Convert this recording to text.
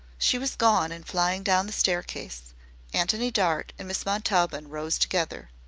she was gone and flying down the staircase antony dart and miss montaubyn rose together.